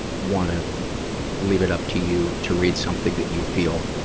wanna leave it up to you to read something that you feel.